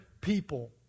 people